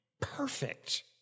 Perfect